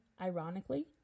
ironically